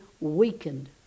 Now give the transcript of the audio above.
weakened